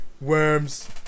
Worms